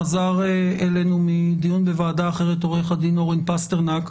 חזר אלינו מדיון בוועדה אחרת עו"ד אורן פסטרנק.